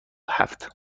هفت